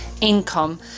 income